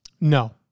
No